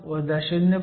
55 0